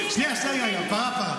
שנייה, שנייה, רגע, רגע.